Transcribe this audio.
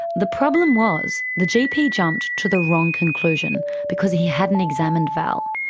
the problem was the gp jumped to the wrong conclusion because he hadn't examined val,